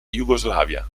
jugoslavia